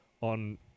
on